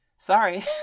Sorry